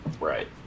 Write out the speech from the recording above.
right